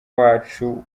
wacu